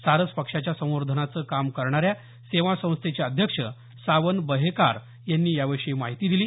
सारस पक्षाच्या संवर्धनाचं काम करणाऱ्या सेवा संस्थेचे अध्यक्ष सावन बहेकार यांनी याविषयी माहिती दिली